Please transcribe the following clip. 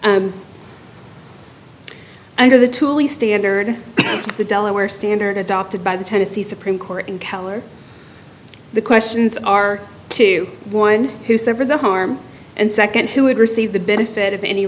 under the tuli standard the delaware standard adopted by the tennessee supreme court in keller the questions are two one who sever the harm and second who would receive the benefit of any